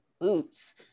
boots